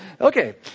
Okay